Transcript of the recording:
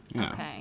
Okay